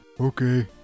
Okay